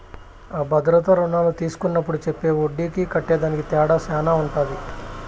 అ భద్రతా రుణాలు తీస్కున్నప్పుడు చెప్పే ఒడ్డీకి కట్టేదానికి తేడా శాన ఉంటది